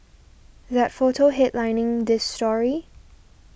that photo headlining this story